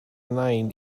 nain